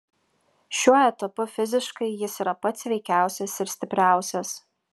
šiuo etapu fiziškai jis yra pats sveikiausias ir stipriausias